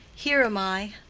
here am i.